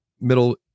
middle